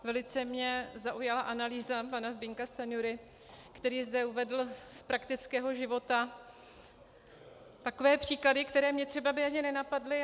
Velice mě zaujala analýza pana Zbyňka Stanjury, který zde uvedl z praktického života takové příklady, které mě by ani nenapadly.